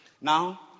Now